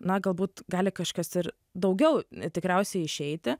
na galbūt gali kažkas ir daugiau tikriausiai išeiti